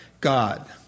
God